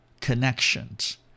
connections